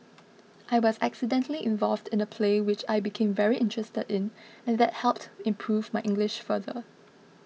I was accidentally involved in a play which I became very interested in and that helped improve my English further